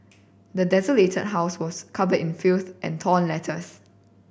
the desolated house was covered in filth and torn letters